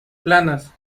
planas